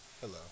Hello